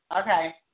Okay